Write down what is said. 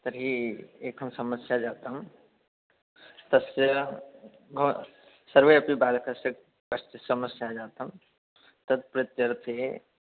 तर्हि एका समस्या जाता तस्य भवान् सर्वेषाम् अपि बालकानां काचित् समस्या जाता तत्र प्रत्यर्थे